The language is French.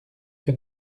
que